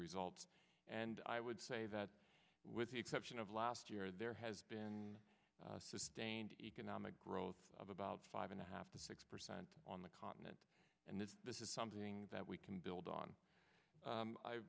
results and i would say that with the exception of last year there has been sustained economic growth of about five and a half to six percent on the continent and this is something that we can build on